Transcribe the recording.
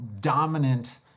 dominant